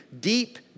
deep